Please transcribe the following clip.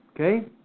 Okay